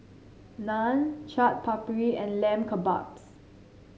Naan Chaat Papri and Lamb Kebabs